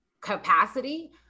capacity